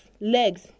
legs